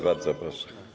Bardzo proszę.